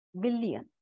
billion